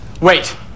Wait